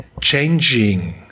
Changing